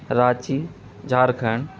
Ranchi Jharkhand